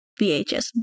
VHS